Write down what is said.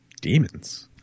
Demons